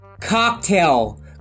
Cocktail